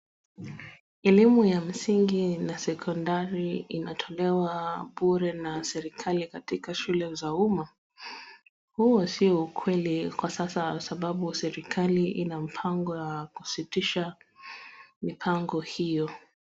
Elimu ya msingi na sekondari inatolewa bure na serikali katika shule za uma. Huu sio ukweli kwa sasa, sababu serikali ina mpango ya kusitisha mipango hiyo.